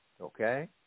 Okay